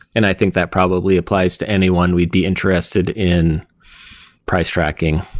and i think that probably applies to anyone who'd be interested in price tracking.